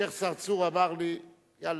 שיח' צרצור אמר לי: יאללה.